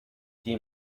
die